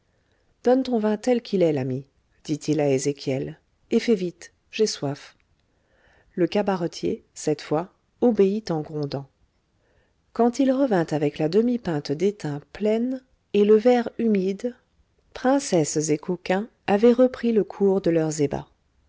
donne ton vin tel qu'il est l'ami dit-il à ezéchiel et fais vite j'ai soif le cabaretier cette fois obéit en grondant quand il revint avec la demi-pinte d'étain pleine et le verre humide princesses et coquins avaient repris le cours de leurs ébats